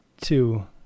two